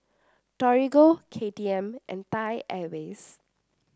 Torigo K T M and Thai Airways